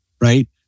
right